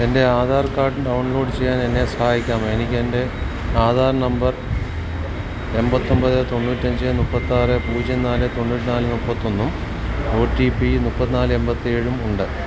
എൻ്റെ Aadhaar card download ചെയ്യാൻ എന്നെ സഹായിക്കാമോ എനിക്കെൻ്റെ ആധാർ നമ്പർ എൺപത്തിയൊൻപത് തൊണ്ണൂറ്റിയഞ്ച് മുപ്പത്തിയാറ് പൂജ്യം നാല് തൊണ്ണൂറ്റിന്നാല് മുപ്പത്തിയൊന്നും ഒ ടി പി മുപ്പത്തിന്നാല് എൺപത്തിയേഴുമുണ്ട്